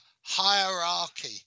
hierarchy